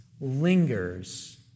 lingers